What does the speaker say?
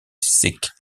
sikh